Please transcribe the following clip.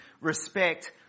respect